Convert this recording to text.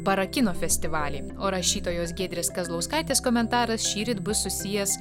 para kino festivalyje o rašytojos giedrės kazlauskaitės komentaras šįryt bus susijęs